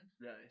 Nice